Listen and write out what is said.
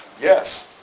yes